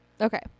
okay